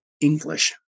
English